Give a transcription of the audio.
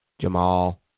Jamal